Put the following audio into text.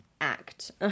act